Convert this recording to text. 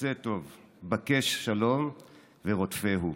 ועשה טוב בקש שלום ורדפהו".